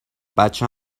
بچه